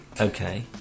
Okay